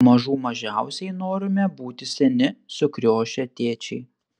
mažų mažiausiai norime būti seni sukriošę tėčiai